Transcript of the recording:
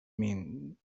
min